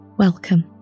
Welcome